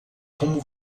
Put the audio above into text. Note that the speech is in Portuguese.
como